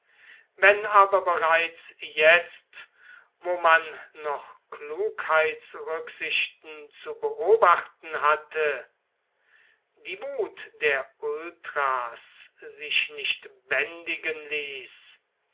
wenn aber bereits jetzt wo man noch klugheitsrücksichten zu beobachten hatte die wut der ultras sich nicht bändigen ließ